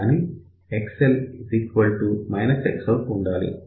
కానీ XL Xout ఉండాలి